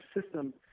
system